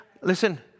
Listen